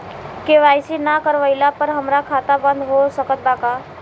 KYC ना करवाइला पर हमार खाता बंद हो सकत बा का?